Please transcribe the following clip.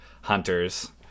hunters